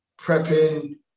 prepping